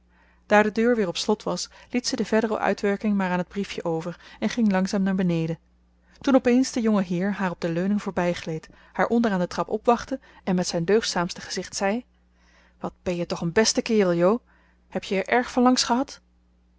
daar de deur weer op slot was liet ze de verdere uitwerking maar aan het briefje over en ging langzaam naar beneden toen op eens de jongeheer haar op de leuning voorbijgleed haar onder aan de trap opwachtte en met zijn deugdzaamste gezicht zei wat ben jij toch een beste kerel jo heb je er erg van langs gehad